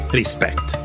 respect